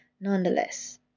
Nonetheless